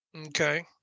Okay